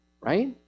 Right